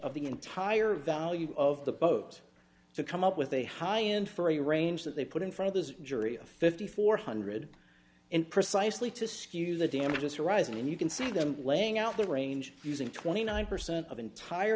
of the entire value of the boat to come up with a high end free range that they put in for this jury of fifty four hundred and precisely to skew the damages horizon and you can see them laying out the range using twenty nine percent of entire